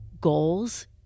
goals